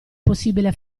possibile